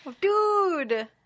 Dude